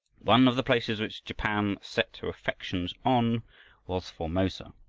one of the places which japan set her affections on was formosa.